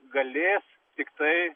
galės tiktai